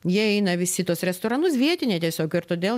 jie eina visi į tuos restoranus vietiniai tiesiog ir todėl